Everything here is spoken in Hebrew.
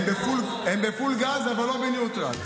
הם בפול גז אבל לא בניוטרל.